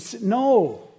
no